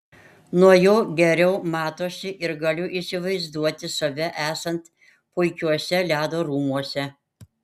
nuo jo geriau matosi ir galiu įsivaizduoti save esant puikiuose ledo rūmuose